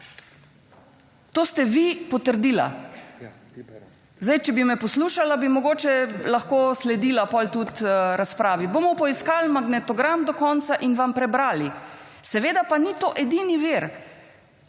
To ste vi potrdila. Če bi me poslušala bi lahko mogoče lahko sledila potem tudi razpravi. Bomo poiskali magnetogram do konca in vam prebrali. Seveda pa ni to edini vir,